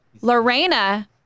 Lorena